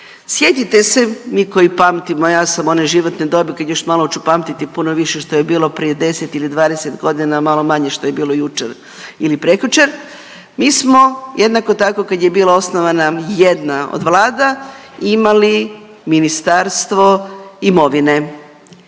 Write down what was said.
Sjetite se, mi koji pamtimo, ja sam one životne dobi kad još malo hoću pamtiti puno više što je bilo prije 10 ili 20 godina, malo manje što je bilo jučer ili prekjučer. Mi smo jednako tako kad je bila osnovana jedna od Vlada imali Ministarstvo imovine.